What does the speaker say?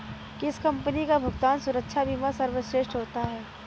किस कंपनी का भुगतान सुरक्षा बीमा सर्वश्रेष्ठ होता है?